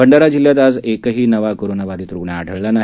भंडारा जिल्ह्यातही आज एकही नवा कोरोनाबाधित आढळून आला नाही